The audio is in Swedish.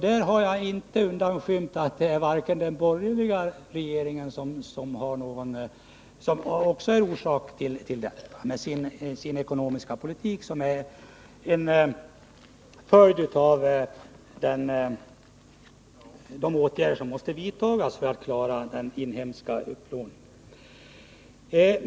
Jag har alltså inte undanhållit att också de borgerliga regeringarna är orsak till detta genom den ekonomiska politik de förde till följd av de åtgärder som var nödvändiga för att klara den inhemska upplåningen.